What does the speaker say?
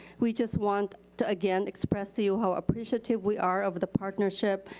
we just want to again express to you how appreciative we are over the partnership,